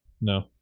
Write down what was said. No